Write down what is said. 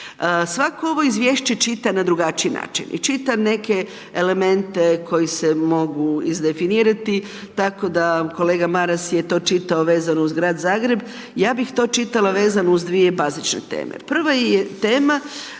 Svako ovo izvješće čita na drugačiji način i čita neke elemente koji se mogu izdefinirati tako da kolega Maras je to čitao vezano uz grad Zagreb, ja bih to čitala uz dvije bazične teme.